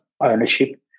ownership